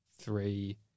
three